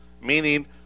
meaning